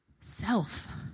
self